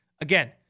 again